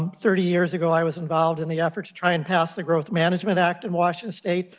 um thirty years ago i was involved in the effort to try and pass the growth management act in washington state,